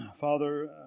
Father